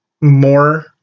more